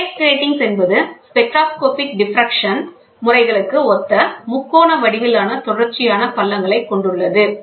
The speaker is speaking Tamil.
ஃபேஸ் கிராட்டிங்ஸ் என்பது ஸ்பெக்ட்ரோஸ்கோபிக் டிஃப்ராஃப்ரக்ஷன் முறைகளுக்கு ஒத்த முக்கோண வடிவிலான தொடர்ச்சியான பள்ளங்களைக் கொண்டுள்ளது